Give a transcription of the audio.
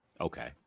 Okay